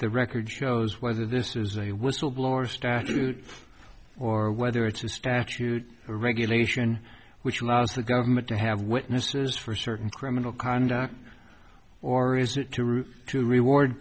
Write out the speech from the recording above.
the record shows whether this is a whistleblower statute or whether it's a statute or regulation which allows the government to have witnesses for certain criminal conduct or is it to root to reward